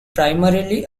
primarily